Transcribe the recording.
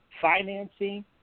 financing